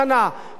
שכחת.